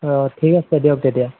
অঁ ঠিক আছে দিয়ক তেতিয়া